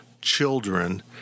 children